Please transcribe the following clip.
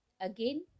again